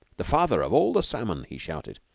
the father of all the salmon! he shouted.